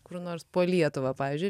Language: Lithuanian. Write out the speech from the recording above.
kur nors po lietuvą pavyzdžiui